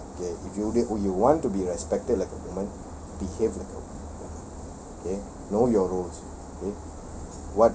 this woman lah okay if you want to be respected like a woman behave like a woman okay know your roles okay